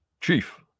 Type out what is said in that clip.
chief